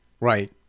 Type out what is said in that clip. right